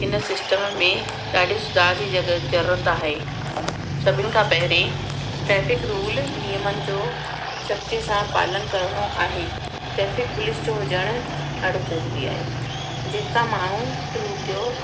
हिन सिस्टम में ॾाढिस ॾाढी जॻहियुनि ते ज़रूरत आहे सभिनि खां पहिरें ट्रैफिक रुल नियमनि जो सख्तीअ सां पालन करिणो आहे ट्रैफिक पुलिस जो हुजणु ॾाढो ज़रूरी आहे जेका माण्हू रुल जो